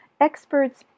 Experts